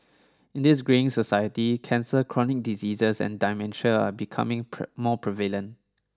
in this greying society cancer chronic diseases and dementia are becoming more prevalent